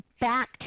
back